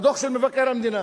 הדוח של מבקר המדינה,